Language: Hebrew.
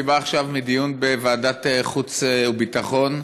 אני בא עכשיו מדיון בוועדת החוץ והביטחון,